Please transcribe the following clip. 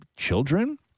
Children